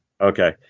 Okay